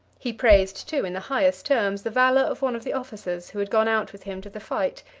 he praised, too, in the highest terms, the valor of one of the officers who had gone out with him to the fight,